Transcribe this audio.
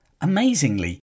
Amazingly